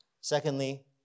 Secondly